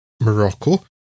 Morocco